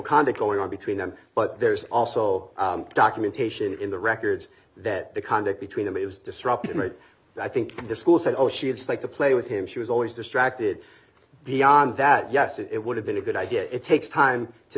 conduct going on between them but there's also documentation in the records that the conduct between them it was disrupted i think the school said oh she had liked to play with him she was always distracted beyond that yes it would have been a good idea it takes time to